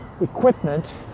equipment